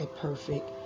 perfect